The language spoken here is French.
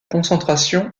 concentration